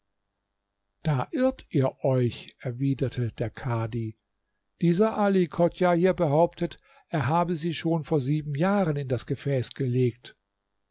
da irrt ihr euch erwiderte der kadhi dieser ali chodjah hier behauptet er habe sie schon vor sieben jahren in das gefäß gelegt